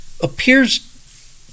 appears